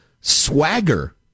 Swagger